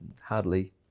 hardly